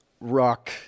rock